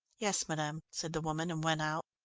yes, madam, said the woman, and went out.